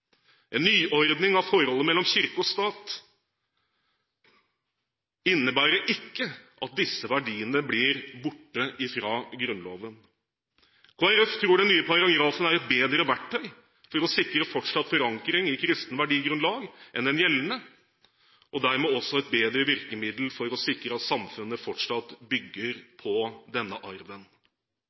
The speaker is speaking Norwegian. En nyordning av forholdet mellom kirke og stat innebærer ikke at disse verdiene blir borte fra Grunnloven. Kristelig Folkeparti tror den nye paragrafen er et bedre verktøy for å sikre fortsatt forankring i det kristne verdigrunnlag enn den gjeldende og dermed også et bedre virkemiddel for å sikre at samfunnet fortsatt bygger på denne arven.